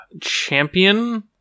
champion